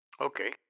Okay